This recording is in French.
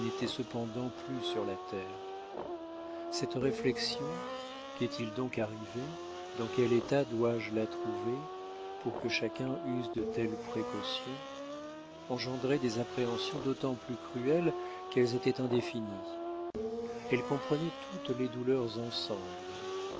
cependant plus sur la terre cette réflexion qu'est-il donc arrivé dans quel état dois-je la trouver pour que chacun use de telles précautions engendrait des appréhensions d'autant plus cruelles qu'elles étaient indéfinies elle comprenait toutes les douleurs ensemble